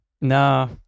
No